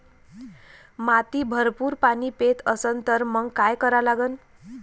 माती भरपूर पाणी पेत असन तर मंग काय करा लागन?